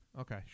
Okay